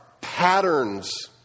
patterns